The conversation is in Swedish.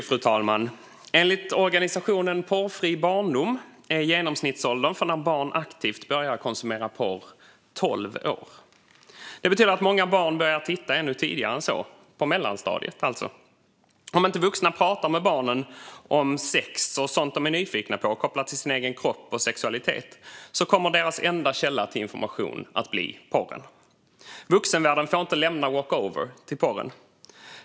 Fru talman! Enligt organisationen Porrfri barndom är genomsnittsåldern när barn aktivt börjar konsumera porr tolv år. Det betyder att många barn börjar titta ännu tidigare än så, alltså på mellanstadiet. Om inte vuxna pratar med barnen om sex och sådant som de är nyfikna på, kopplat till sin egen kropp och sexualitet, kommer deras enda källa till information att bli porren. Vuxenvärlden får inte lämna walk-over till porren.